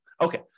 Okay